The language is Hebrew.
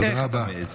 תודה רבה.